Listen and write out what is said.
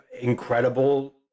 incredible